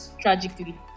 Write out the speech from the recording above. tragically